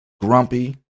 grumpy